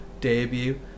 debut